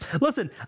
Listen